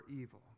evil